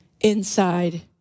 inside